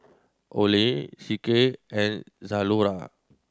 Olay C K and Zalora